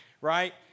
right